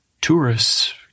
tourists